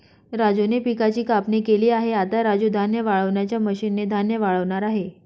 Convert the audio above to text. राजूने पिकाची कापणी केली आहे, आता राजू धान्य वाळवणाच्या मशीन ने धान्य वाळवणार आहे